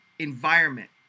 Environment